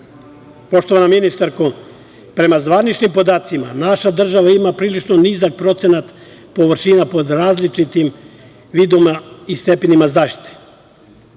Poštovana ministarko, prema zvaničnim podacima, naša država ima prilično nizak procenat površina pod različitim vidovima i stepenima zaštite.